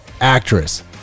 actress